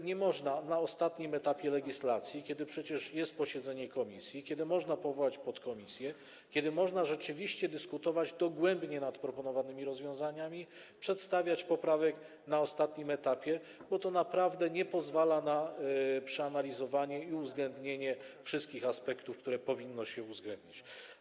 Nie można na ostatnim etapie legislacji - przecież jest posiedzenie komisji, można powołać podkomisję, można rzeczywiście dyskutować dogłębnie nad proponowanymi rozwiązaniami - przedstawiać poprawek, bo naprawdę nie pozwala to na przeanalizowanie i uwzględnienie wszystkich aspektów, które powinno się uwzględnić.